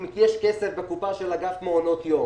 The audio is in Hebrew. אם יש כסף בקופה של אגף מעונות יום,